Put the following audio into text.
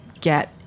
get